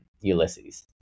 Ulysses